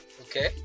Okay